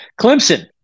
Clemson